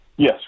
Yes